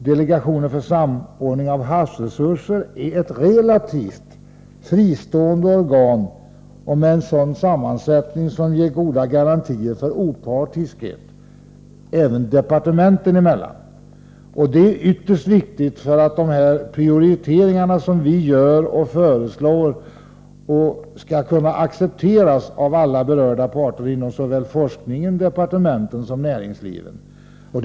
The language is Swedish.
Delegationen för samordning av havsresurser är ett relativt fristående organ med en sådan sammansättning som ger goda garantier för opartiskhet även departementen emellan — och det är ytterst viktigt för att de prioriteringar som vi föreslår skall kunna accepteras av alla berörda parter, såväl forskningen och näringslivet som departementen.